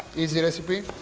easy recipe?